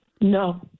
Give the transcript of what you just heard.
No